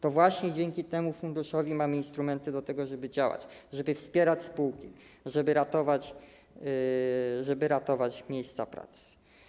To właśnie dzięki temu funduszowi mamy instrumenty do tego, żeby działać, żeby wspierać spółki, żeby ratować miejsca pracy.